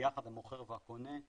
ביחד המוכר והקונה,